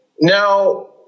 Now